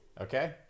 Okay